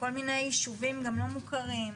כל מיני יישובים גם לא מוכרים,